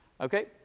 Okay